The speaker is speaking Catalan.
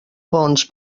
fons